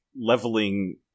leveling